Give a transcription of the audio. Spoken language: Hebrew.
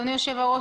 אדוני היושב-ראש,